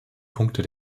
punkte